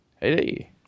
Hey